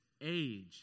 age